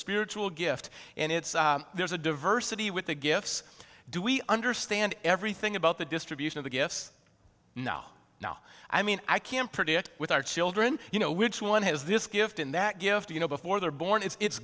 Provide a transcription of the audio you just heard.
spiritual gift and it's there's a diversity with the gifts do we understand everything about the distribution of the gifts now now i mean i can predict with our children you know which one has this gift in that gift you know before they're born it's